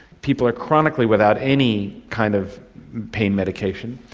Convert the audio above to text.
people are chronically without any kind of pain medication,